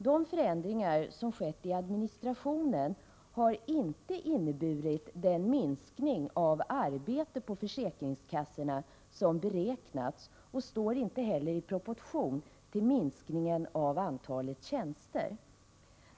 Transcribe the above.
De förändringar som skett i administrationen har inte inneburit den minskning av arbetet på försäkringskassorna som beräknats och står heller inte i proportion till minskningen av antalet tjänster.